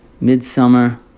Midsummer